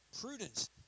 Prudence